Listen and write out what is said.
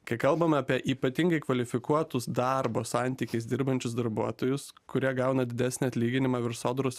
kai kalbame apie ypatingai kvalifikuotus darbo santykiais dirbančius darbuotojus kurie gauna didesnį atlyginimą virš sodros